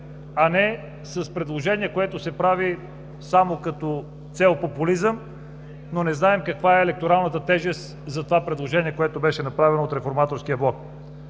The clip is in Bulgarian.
а не с предложение, което се прави само с цел популизъм, но не знаем каква е електоралната тежест на предложението, направено от Реформаторския блок.